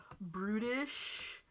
brutish